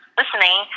listening